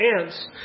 ants